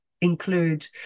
include